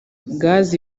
gaz